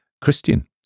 Christian